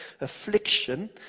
affliction